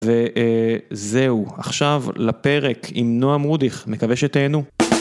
וזהו, עכשיו לפרק עם נועם רודיך, מקווה שתהנו.